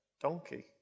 donkey